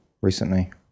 recently